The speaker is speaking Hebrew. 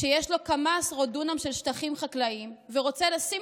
שיש לו כמה עשרות דונם של שטחים חקלאיים ורוצה לשים